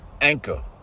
Anchor